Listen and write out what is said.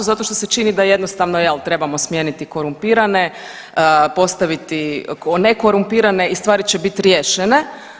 Zato što se čini da je jednostavno, je li, trebamo smijeniti korumpirane, postaviti nekorumpirane i stvari će biti riješene.